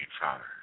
Father